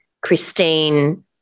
Christine